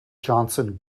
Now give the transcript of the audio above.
johnson